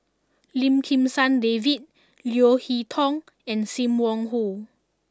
Lim Kim San David Leo Hee Tong and Sim Wong Hoo